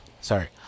Sorry